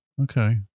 Okay